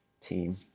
team